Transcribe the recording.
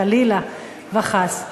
חלילה וחס.